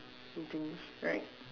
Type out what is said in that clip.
things right